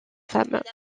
femmes